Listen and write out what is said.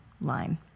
line